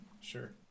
Sure